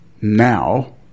Now